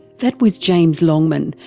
that was james longman,